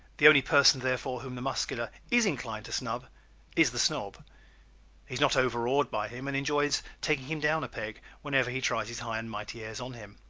the only person therefore whom the muscular is inclined to snub is the snob. he is not overawed by him and enjoys taking him down a peg, whenever he tries his high and mighty airs on him.